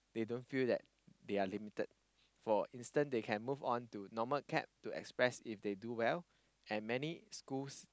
they don't feel that they are limited for instance they can move on to normal academic or express if they do well and many schools